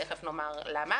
תיכף נאמר למה.